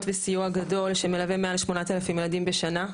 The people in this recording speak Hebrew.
וסיוע גדול שמלווה מעל 8,000 ילדים בשנה,